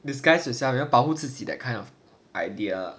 disguised herself 要保护自己 that kind of idea